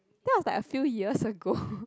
that was like a few years ago